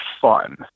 fun